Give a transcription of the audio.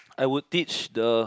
I would teach the